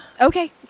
Okay